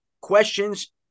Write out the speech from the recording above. questions